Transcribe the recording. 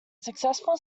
successful